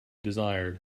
desired